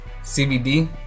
CBD